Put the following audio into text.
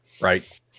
right